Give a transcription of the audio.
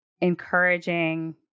encouraging